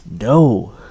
No